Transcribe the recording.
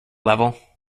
level